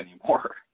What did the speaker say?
anymore